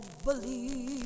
believe